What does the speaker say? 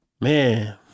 man